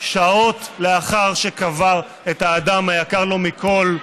שעות לאחר שקבר את האדם היקר לו מכול,